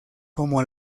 como